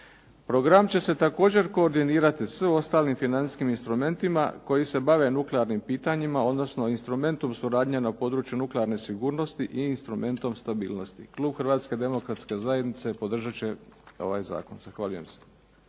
Program će se također koordinirati s ostalim financijskim instrumentima koji se bave nuklearnim pitanjima, odnosno instrumentom suradnje na području nuklearne sigurnosti i instrumentom stabilnosti. Klub Hrvatske demokratske zajednice podržat će ovaj zakon. Zahvaljujem se.